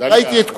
ראיתי את כולם,